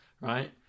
right